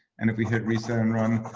and if we hit reset and run,